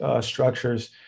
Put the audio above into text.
structures